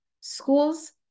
schools